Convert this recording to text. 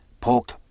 Pork